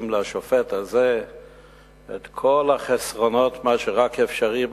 בשופט הזה את כל החסרונות האפשריים,